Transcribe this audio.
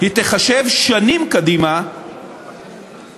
היא תיחשב שנים קדימה לפגיעה